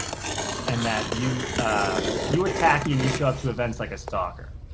and that you ah you were tacky and you show up to events like a stalker.